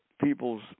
people's